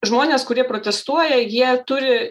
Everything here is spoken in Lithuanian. žmonės kurie protestuoja jie turi